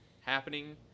happening